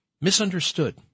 Misunderstood